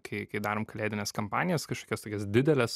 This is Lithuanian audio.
kai kai darom kalėdines kampanijas kažkokias tokias dideles